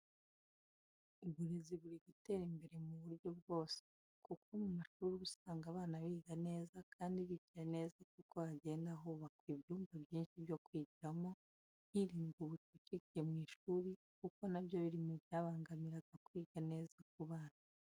Uburezi buri gutera imbere mu buryo bwose, kuko mu mashuri uba usanga abana biga neza kandi bicaye neza kuko hagenda hubakwa ibyumba byinshi byo kwigiramo, hirindwa ubucucike mu ishuri kuko nabyo biri mu byabangamiraga kwiga neza ku bana.